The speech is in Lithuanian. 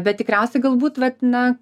bet tikriausiai galbūt vat na